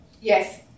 Yes